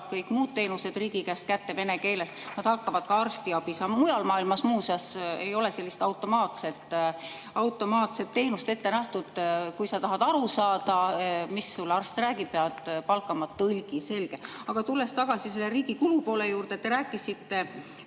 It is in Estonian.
kõik muud teenused riigi käest kätte vene keeles, hakkavad ka arstiabi saama. Mujal maailmas, muuseas, ei ole sellist automaatset teenust ette nähtud. Kui sa tahad aru saada, mida arst sulle räägib, pead palkama tõlgi. Selge. Aga tulles tagasi selle riigi kulupoole juurde, te rääkisite,